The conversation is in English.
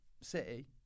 City